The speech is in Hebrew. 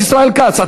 חבר הכנסת ישראל כץ,